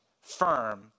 firm